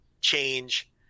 change